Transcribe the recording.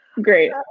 great